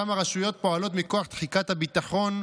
שם הרשויות פועלות מכוח תחיקת הביטחון,